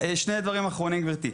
שני דברים אחרונים, גברתי.